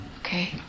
Okay